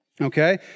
Okay